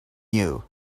you